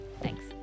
Thanks